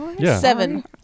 Seven